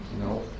No